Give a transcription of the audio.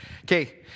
Okay